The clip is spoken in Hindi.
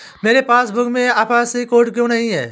मेरे पासबुक में आई.एफ.एस.सी कोड क्यो नहीं है?